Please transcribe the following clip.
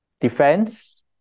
defense